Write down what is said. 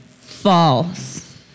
false